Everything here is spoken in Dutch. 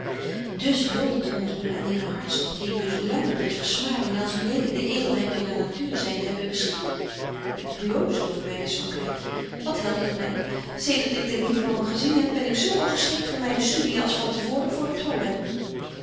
dus hulde te moeten doen aan eene hartstocht die ik dus lange met versmading en als beneden de edelheid myner natuur zynde hebbe beschimpt ik bloos over myne zwakheid wat helpt het my zedert ik den lieven man gezien heb ben ik zo ongeschikt voor myne studiën als van te voren voor het toilet